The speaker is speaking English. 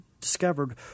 discovered